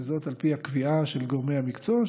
על פי הקביעה של גורמי המקצוע,